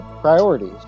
Priorities